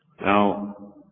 Now